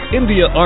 India